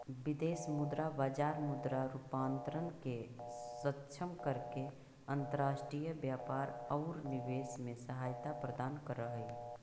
विदेश मुद्रा बाजार मुद्रा रूपांतरण के सक्षम करके अंतर्राष्ट्रीय व्यापार औउर निवेश में सहायता प्रदान करऽ हई